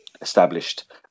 Established